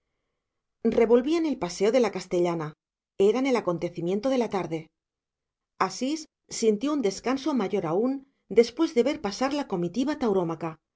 trajes revolvían el paseo de la castellana eran el acontecimiento de la tarde asís sintió un descanso mayor aún después de ver pasar la comitiva taurómaca